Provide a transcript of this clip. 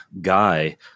guy